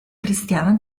cristiana